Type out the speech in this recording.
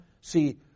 See